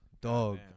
Dog